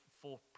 full